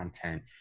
content